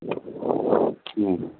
હા